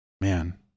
man